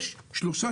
יש שלושה